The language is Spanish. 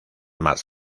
más